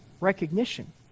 recognition